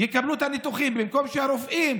יקבלו את הניתוחים, במקום שהרופאים